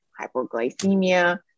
hypoglycemia